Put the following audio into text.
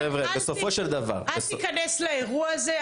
אל תיכנס לאירוע הזה.